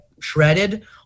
shredded